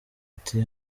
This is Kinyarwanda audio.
ati